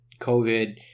COVID